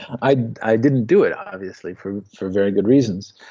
i i didn't do it obviously for for very good reasons,